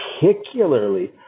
particularly